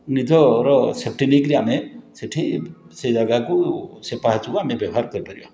ନିଜର ସେଫ୍ଟି ନେଇକିରି ଆମେ ସେଇଠି ସେ ଜାଗାକୁ ସେ ପାହାଚକୁ ଆମେ ବ୍ୟବହାର କରିପାରିବା